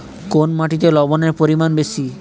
কোন মাটিতে লবণের পরিমাণ বেশি?